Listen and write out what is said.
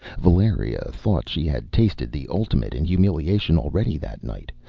valeria thought she had tasted the ultimate in humiliation already that night,